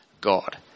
God